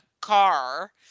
car